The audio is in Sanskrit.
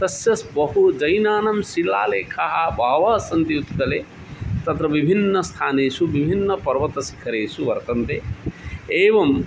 तस्य सः बहुजैनानां शिलालेखाः बहवः सन्ति उत्कले तत्र विभिन्नस्थानेषु विभिन्नपर्वतशिखरेषु वर्तन्ते एवं